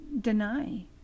deny